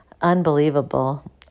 unbelievable